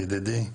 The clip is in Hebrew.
ידידי,